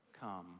Come